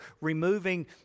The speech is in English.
removing